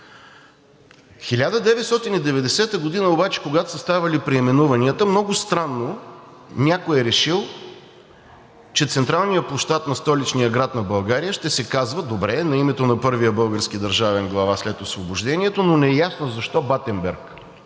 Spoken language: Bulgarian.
1990 г. обаче, когато са ставали преименуванията, много странно някой е решил, че централният площад на столичния град на България ще се казва, добре, на името на първия български държавен глава след Освобождението, но неясно защо Батенберг.